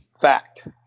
fact